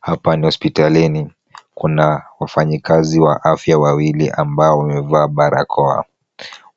Hapa ni hospitalini. Kuna wafanyikazi wa afya wawili ambao wamevaa barakoa.